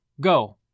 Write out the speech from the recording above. Go